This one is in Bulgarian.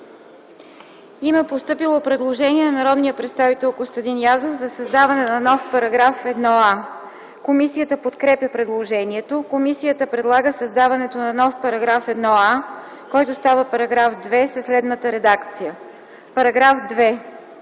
Има постъпило предложение на народния представител Костадин Язов за създаване на нов § 1а. Комисията подкрепя предложението. Комисията предлага създаването на нов § 1а, който става § 2 със следната редакция: „§ 2.